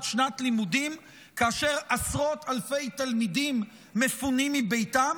שנת לימודים כאשר עשרות אלפי תלמידים מפונים מביתם